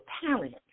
parent